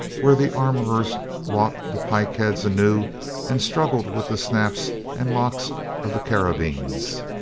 where the armorers wrought the pike heads anew and struggled with the snaps and locks of the cara bines.